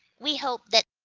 we hope that